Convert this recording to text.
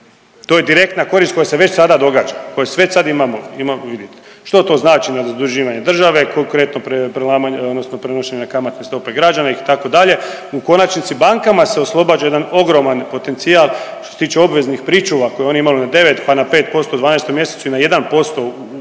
to je direktna korist koja se već sada događa, koju već sada imamo vidit. Što to znači zaduživanje države? Konkretno prenošenje kamatne stope građana itd. u konačnici bankama se oslobađa jedan ogroman potencijal što se tiče obveznih pričuva koje oni … na 9 pa na 5% u 12. mjesecu i na 1% od 1.1.